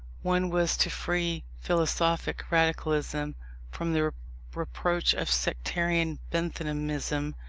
one was to free philosophic radicalism from the reproach of sectarian benthamism.